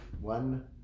One